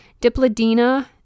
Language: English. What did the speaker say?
Diplodina